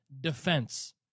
defense